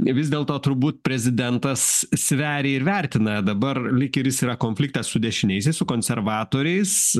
vis dėlto turbūt prezidentas sveria ir vertina dabar likęs yra konfliktas su dešiniaisiais su konservatoriais